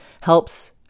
helps